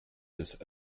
des